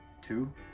Two